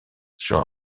sur